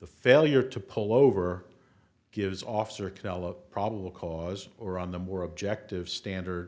the failure to pull over gives officer kello probable cause or on the more objective standard